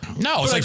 No